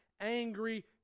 angry